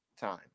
time